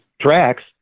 tracks